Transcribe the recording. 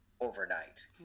overnight